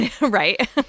Right